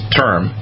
term